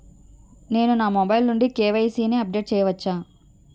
నేను నా మొబైల్ నుండి కే.వై.సీ ని అప్డేట్ చేయవచ్చా?